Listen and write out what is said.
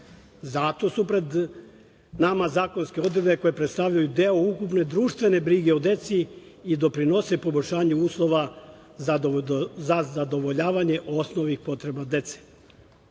su pred nama zakonske odredbe koje predstavljaju deo ukupne društvene brige o deci i doprinose poboljšanju uslova za zadovoljavanje osnovnih potreba dece,